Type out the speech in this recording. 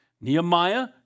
Nehemiah